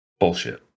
Bullshit